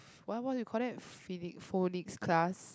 what what do you call that phoni~ phonics class